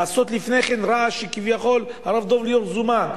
לעשות לפני כן רעש שכביכול הרב דב ליאור זומן,